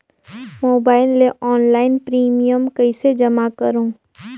Mobile ले online premium कइसे जमा करों?